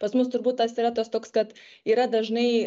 pas mus turbūt tas yra tas toks kad yra dažnai